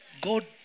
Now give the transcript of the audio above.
God